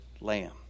lamb